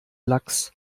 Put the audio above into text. lachs